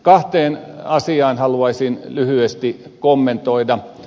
kahta asiaa haluaisin lyhyesti kommentoida